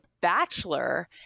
Bachelor